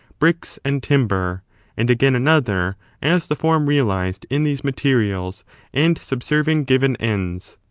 bricks and timber and again another as the form realised in these materials and subserving given ends.